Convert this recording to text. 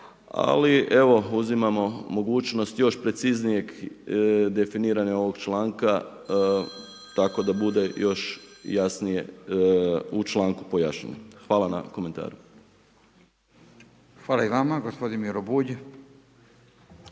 ali evo, uzimamo mogućnost još preciznije definiranja ovog članka tako da bude još jasnije u članku pojašnjeno. Hvala na komentaru. **Radin, Furio